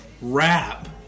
rap